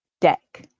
deck